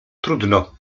trudno